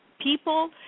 people